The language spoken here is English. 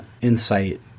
insight